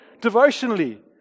devotionally